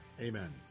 Amen